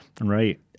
Right